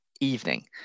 evening